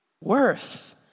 worth